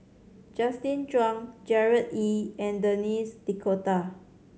Justin Zhuang Gerard Ee and Denis D'Cotta